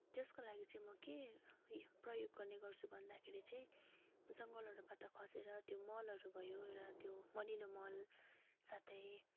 त्यसको लागि चाहिँ म के प्रयोग गर्ने गर्छु भन्दाखेरि चाहिँ त्यो जङ्गलहरूबाट खोजेर त्यो मलहरू भयो र त्यो मलिलो मल साथै